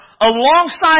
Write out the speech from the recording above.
alongside